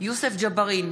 יוסף ג'בארין,